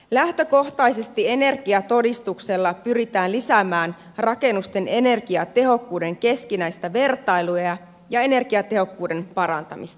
lähtökohtaisesti energiatodistuksella pyritään lisäämään rakennusten energiatehokkuuden keskinäistä vertailua ja energiatehokkuuden parantamista